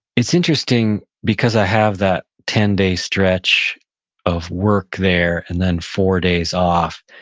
it's interesting because i have that ten day stretch of work there and then four days off.